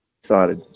excited